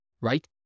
right